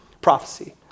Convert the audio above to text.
prophecy